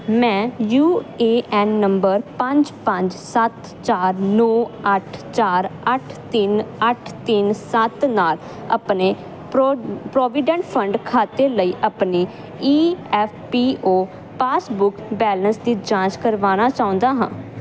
ਮੈਂ U A N ਨੰਬਰ ਪੰਜ ਪੰਜ ਸੱਤ ਚਾਰ ਨੌ ਅੱਠ ਚਾਰ ਅੱਠ ਤਿੰਨ ਅੱਠ ਤਿੰਨ ਸੱਤ ਨਾਲ ਆਪਣੇ ਪ੍ਰੋ ਪ੍ਰੋਵੀਡੈਂਟ ਫੰਡ ਖਾਤੇ ਲਈ ਆਪਣੇ E F P O passbook balance ਦੀ ਜਾਂਚ ਕਰਵਾਉਣਾ ਚਾਹੁੰਦਾ ਹਾਂ